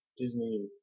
Disney